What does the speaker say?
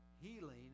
healing